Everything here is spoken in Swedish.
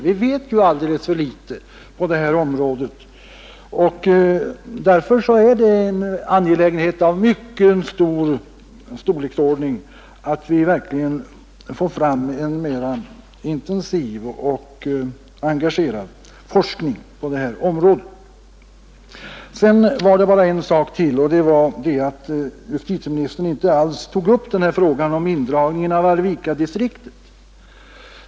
Vi vet alldeles för litet på det 153 här området. Därför är det en angelägenhet av mycket betydande storleksordning, att vi verkligen får fram en mera intensiv och engagerad forskning på detta område. Sedan bara en sak till. Justitieministern tog inte alls upp frågan om indragning av Arvikadistriktet.